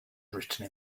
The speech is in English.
written